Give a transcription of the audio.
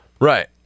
Right